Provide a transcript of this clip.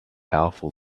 powerful